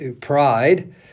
pride